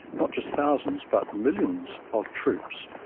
not just thousands but millions of troops,